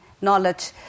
knowledge